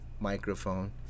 microphone